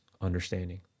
understanding